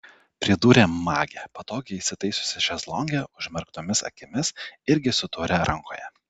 pridūrė magė patogiai įsitaisiusi šezlonge užmerktomis akimis irgi su taure rankoje